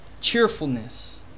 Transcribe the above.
cheerfulness